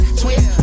twist